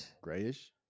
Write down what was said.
Grayish